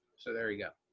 so there you go.